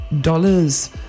dollars